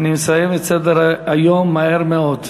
אני אסיים את סדר-היום מהר מאוד.